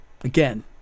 again